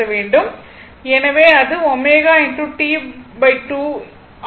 எனவே இது ω T 2 ஆகும்